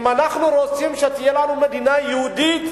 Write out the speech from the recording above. אם אנחנו רוצים שתהיה לנו מדינה יהודית,